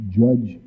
judge